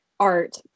art